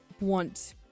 want